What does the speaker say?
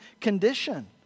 condition